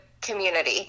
community